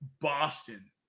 Boston